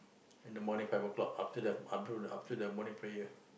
in the morning five o-clock after the after the morning prayer